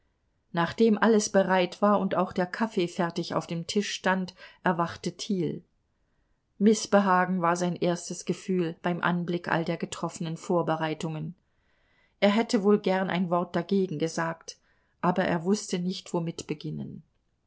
nachdem alles bereit war und auch der kaffee fertig auf dem tisch stand erwachte thiel mißbehagen war sein erstes gefühl beim anblick all der getroffenen vorbereitungen er hätte wohl gern ein wort dagegen gesagt aber er wußte nicht womit beginnen